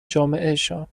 جامعهشان